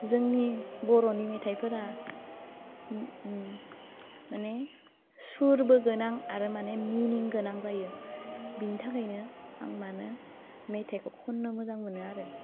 जोंनि बर'नि मेथाइफोरा उम माने सुरबोगोनां आरो माने मिनिं गोनां जायो बेनि थाखाइनो आं मानो मेथाइखौ खन्नो मोजां मोनो आरो